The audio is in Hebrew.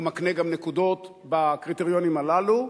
והוא מקנה גם נקודות בקריטריונים הללו.